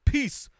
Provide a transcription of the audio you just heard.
Peace